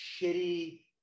shitty